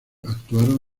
actuaron